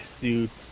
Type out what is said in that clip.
suits